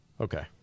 Okay